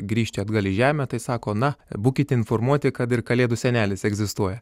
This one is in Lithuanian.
grįžti atgal į žemę tai sako na būkit informuoti kad ir kalėdų senelis egzistuoja